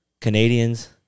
Canadians